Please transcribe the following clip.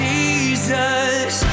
Jesus